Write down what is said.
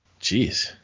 Jeez